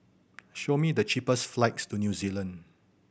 show me the cheapest flights to New Zealand